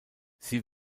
sie